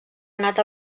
anat